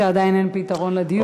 שעדיין אין פתרון לדיור.